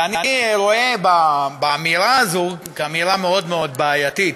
ואני רואה באמירה הזאת אמירה מאוד מאוד בעייתית,